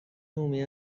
عمومی